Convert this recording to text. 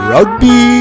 Rugby